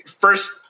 First